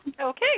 Okay